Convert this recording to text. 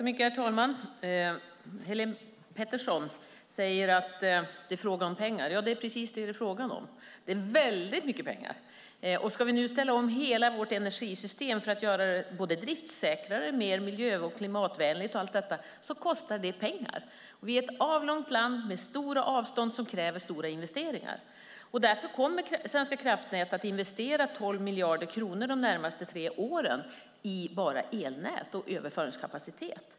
Herr talman! Helene Petersson säger att det är fråga om pengar. Ja, det är precis det som det är fråga om. Det är väldigt mycket pengar. Ska vi ställa om hela vårt energisystem för att göra det både driftsäkrare, mer miljö och klimatvänligt och allt detta kostar det pengar. Vårt land är avlångt med stora avstånd som kräver stora investeringar. Därför kommer Svenska kraftnät att investera 12 miljarder kronor de närmaste tre åren i bara elnät och överföringskapacitet.